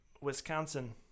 Wisconsin